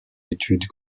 études